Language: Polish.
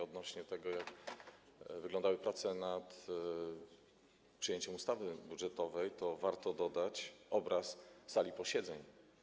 Odnośnie do tego, jak wyglądały prace nad przyjęciem ustawy budżetowej, warto dodać obraz sali posiedzeń.